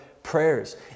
prayers